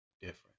different